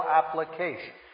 application